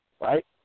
right